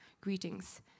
greetings